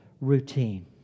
routine